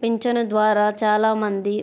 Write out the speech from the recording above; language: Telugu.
పింఛను ద్వారా చాలా మంది